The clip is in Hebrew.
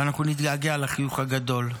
ואנו נתגעגע לחיוך הגדול.